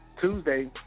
Tuesday